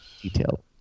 detailed